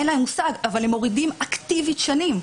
אין להם מושג, אבל הם מורידים אקטיבית שנים.